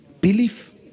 Belief